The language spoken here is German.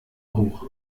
hoch